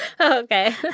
Okay